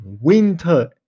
winter